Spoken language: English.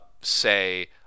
say